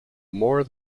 more